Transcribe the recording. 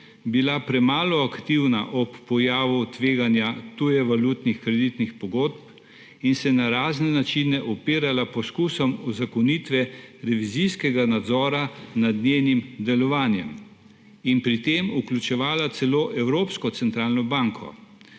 bila premalo aktivna ob pojavu tveganja tujevalutnih kreditnih pogodb in se na razne načine upirala poskusom uzakonitve revizijskega nadzora nad njenim delovanjem in pri tem vključevala celo Evropsko centralno banko,